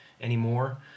anymore